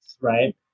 right